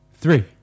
three